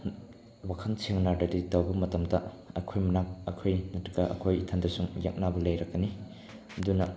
ꯋꯥꯈꯜ ꯁꯦꯡꯅꯗ꯭ꯔꯗꯤ ꯇꯧꯕ ꯃꯇꯝꯗ ꯑꯩꯈꯣꯏ ꯃꯅꯥꯛ ꯑꯩꯈꯣꯏ ꯅꯠꯇꯔꯒ ꯑꯩꯈꯣꯏ ꯏꯊꯟꯗ ꯌꯦꯛꯅꯕ ꯂꯩꯔꯛꯀꯅꯤ ꯑꯗꯨꯅ